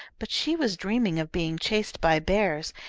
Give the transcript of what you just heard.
but she was dreaming of being chased by bears,